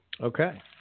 Okay